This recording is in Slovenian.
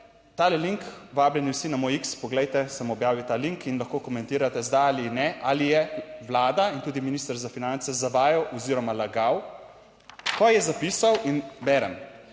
tale lik, vabljeni vsi na moj X, poglejte, sem objavil ta lik in lahko komentirate z da ali ne, ali je Vlada in tudi minister za finance zavajal oziroma lagal, ko je zapisal in berem: